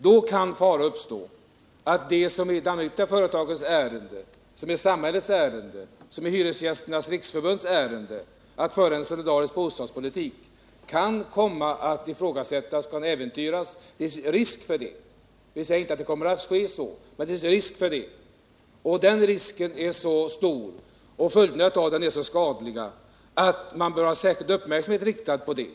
Då kan det finnas risk för att det som är de allmännyttiga företagens, samhällets och Hyresgästernas riksförbunds uppgift, att föra en solidarisk bostadspolitik, kan komma att ifrågasättas och äventyras. Vi säger inte att det kommer att gå illa, men det finns en risk. Och den risken är så stor och följderna skulle bli så skadliga att man bör ha uppmärksamheten särskilt riktad på problemet.